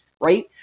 right